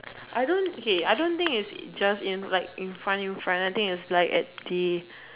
I don't okay I don't think is just in like in front in front I think is at like the